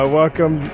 welcome